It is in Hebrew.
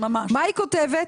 מה היא כותבת?